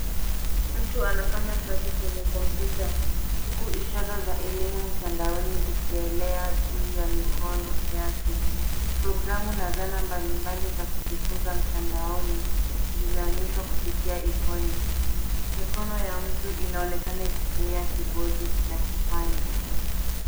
Mtu anafanya kazi kwenye kompyuta huku ishara za elimu mtandaoni zikielea juu ya mikono yake. Programu na zana mbalimbali za kujifunza mtandaoni zimeonyeshwa kupitia ikoni. Mikono ya mtu inaonekana ikitumia kibodi na kipanya.